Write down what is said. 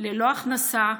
ללא הכנסה,